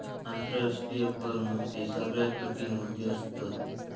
आंतराष्ट्रीय कर मुद्दे सगळ्यात कठीण मुद्दे असत